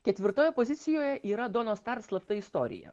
ketvirtoje pozicijoje yra donos star slapta istorija